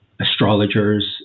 astrologers